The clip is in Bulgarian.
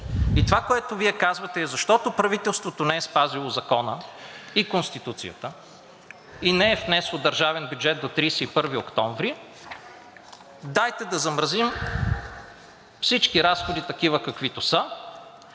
И това, което Вие казвате, е, защото правителството не е спазило Закона и Конституцията и не е внесло държавен бюджет до 31 октомври, дайте да замразим всички разходи такива, каквито са,